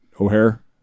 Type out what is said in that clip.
O'Hare